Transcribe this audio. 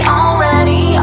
already